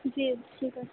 جی ٹھیک ہے